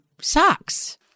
socks